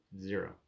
Zero